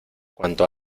cuanto